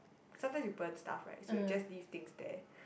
sometimes we burn stuff right so we just leave things there